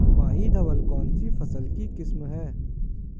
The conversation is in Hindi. माही धवल कौनसी फसल की किस्म है?